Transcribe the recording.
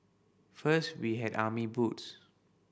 first we had army boots